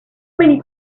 many